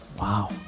Wow